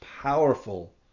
powerful